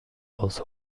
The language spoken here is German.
aus